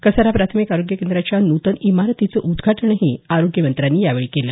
कसारा प्राथमिक आरोग्य केंद्राच्या नूतन इमारतीचं उद्घाटनही आरोग्यमंत्र्यांनी केलं